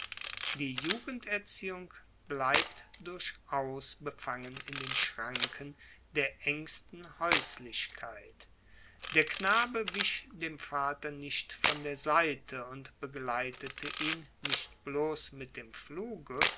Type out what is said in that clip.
die jugenderziehung blieb durchaus befangen in den schranken der engsten haeuslichkeit der knabe wich dem vater nicht von der seite und begleitete ihn nicht bloss mit dem pfluge